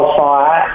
fire